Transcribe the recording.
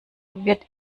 wird